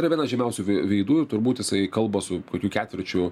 yra vienas žymiausių vei veidų ir turbūt jisai kalba su kokiu ketvirčiu